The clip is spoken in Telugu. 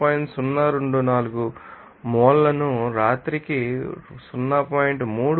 024 మోల్లను రాత్రికి 0